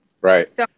right